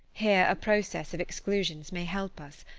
here a process of exclusions may help us.